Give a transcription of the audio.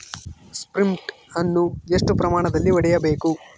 Sprint ಅನ್ನು ಎಷ್ಟು ಪ್ರಮಾಣದಲ್ಲಿ ಹೊಡೆಯಬೇಕು?